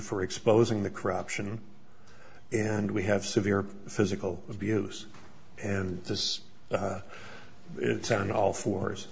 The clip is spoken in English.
for exposing the corruption and we have severe physical abuse and this it's on all fours